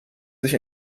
sich